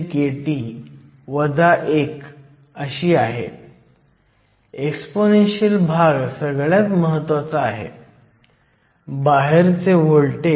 म्हणून जेव्हा आपण एक्स्टर्नल पोटेन्शियल लागू करतो तेव्हा बॅरियरची उंची कमी होते